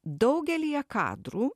daugelyje kadrų